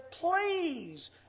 Please